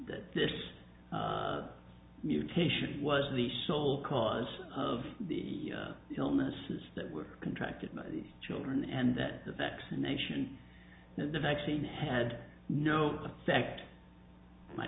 that this mutation was the sole cause of the illnesses that were contracted these children and that the vaccination the vaccine had no effect might